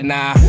Nah